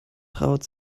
traut